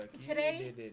today